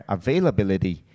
availability